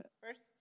First